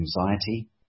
anxiety